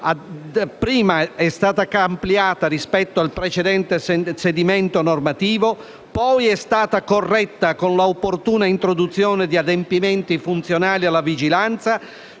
Prima è stata ampliata rispetto al precedente sedimento normativo, poi è stata corretta con l'opportuna introduzione di adempimenti funzionali alla vigilanza,